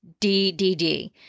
DDD